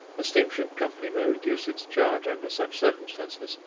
a steamship company may reduce its charge under such circumstances,